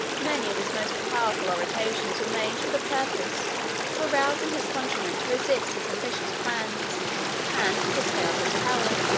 many of his most powerful orations were made for the purpose of arousing his countrymen to resist his ambitious plans and to curtail his power.